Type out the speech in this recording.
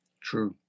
True